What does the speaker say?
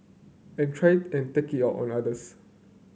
and try and take it out on others